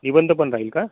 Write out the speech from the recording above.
निबंध पण राहील का